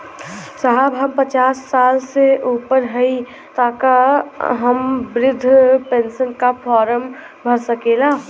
साहब हम पचास साल से ऊपर हई ताका हम बृध पेंसन का फोरम भर सकेला?